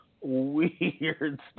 Weird